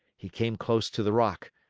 he came close to the rock.